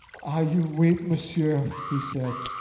ah! you weep, messieurs he said.